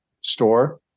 store